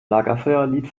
lagerfeuerlied